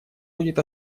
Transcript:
будет